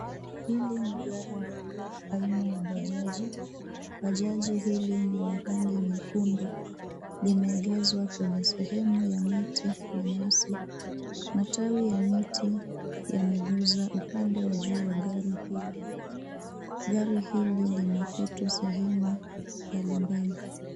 Hili ni gari ndogo aina ya Bajaji. Bajaji hili ni la rangi nyekundu. Limeegezwa kwenye sehemu ya miti na nyasi. Matawi ya miti yameguza upande wa juu ya gari hili. Gari hili lina kutu sehemu mbali mbali.